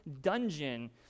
dungeon